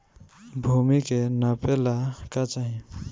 भूमि के नापेला का चाही?